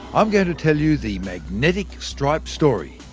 i'm going to tell you the magnetic stripe story,